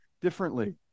differently